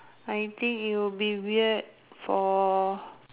I think it will be weird for